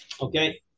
Okay